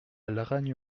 laragne